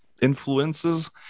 influences